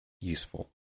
useful